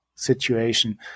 situation